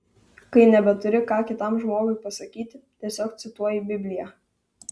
kai nebeturi ką kitam žmogui pasakyti tiesiog cituoji bibliją